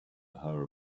her